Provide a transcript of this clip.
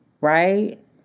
right